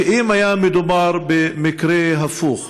שאם היה מדובר במקרה הפוך,